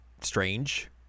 strange